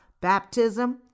baptism